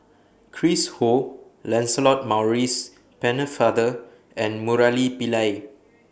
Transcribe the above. Chris Ho Lancelot Maurice Pennefather and Murali Pillai